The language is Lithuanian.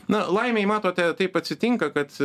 na laimei matote taip atsitinka kad